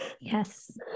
Yes